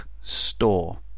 store